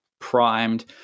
primed